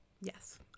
Yes